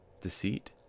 deceit